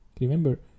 Remember